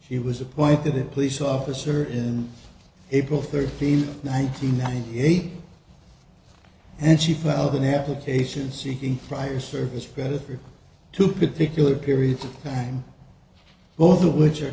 he was appointed a police officer in april thirteenth ninety ninety eight and she filed an application seeking prior service credit for two particular periods of time both of which are